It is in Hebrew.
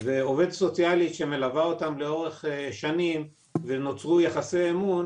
ועובדת סוציאלית שמלווה אותם לאורך שנים ונוצרו יחסי אמון,